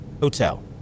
Hotel